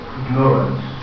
ignorance